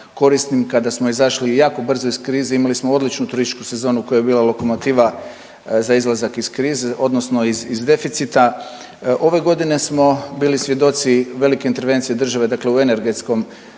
korisnim kada smo izašli jako brzo iz krize. Imali smo odličnu turističku sezonu koja je bila lokomotiva za izlazak iz krize, odnosno iz deficita. Ove godine smo bili svjedoci velike intervencije države, dakle u energetskom